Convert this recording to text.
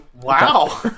Wow